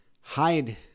hide